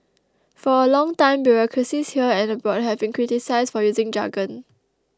for a long time bureaucracies here and abroad have been criticised for using jargon